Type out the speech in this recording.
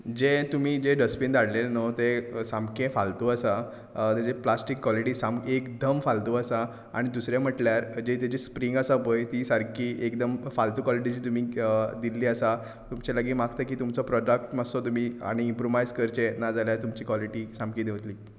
जें तुमी जें डस्टबीन धाडलेलें न्हू तें सामकें फाल्तू आसा तेची प्लास्टीक कॉलिटी एकदम फाल्तू आसा आनी दुसरें म्हटल्यार जी ताची स्प्रींग आसा पय ती सारकी एकदम फाल्तू कॉलिटीची तुमी दिल्ली आसा तुमचे लागीं मागता की तुमचो प्रोडक्ट मातसो तुमी आनी इम्प्रोमायज करचें ना जाल्यार तुमची कॉलिटी सामकी देंवतली